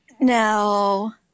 No